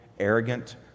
arrogant